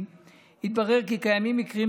התברר כי קיימים מקרים,